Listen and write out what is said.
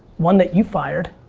one that you fired.